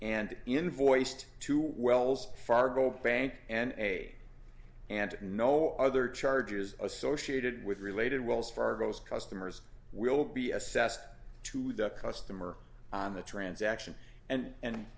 and invoiced to wells fargo bank and a and no other charges associated with related wells fargo's customers will be assessed to the customer on the transaction and